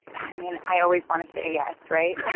i mean, i always want to say yes, right?